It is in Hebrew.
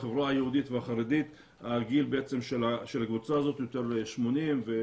בחברה היהודית והחרדית הגיל הוא 80 ומעלה